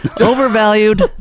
Overvalued